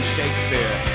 Shakespeare